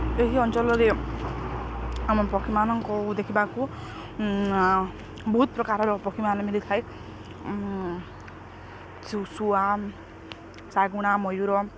ଏହି ଅଞ୍ଚଳରେ ଆମ ପକ୍ଷୀମାନଙ୍କୁ ଦେଖିବାକୁ ବହୁତ ପ୍ରକାରର ପକ୍ଷୀମାନେ ମିଳିଥାଏ ଶୁଆ ଶାଗୁଣା ମୟୂୁର